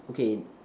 okay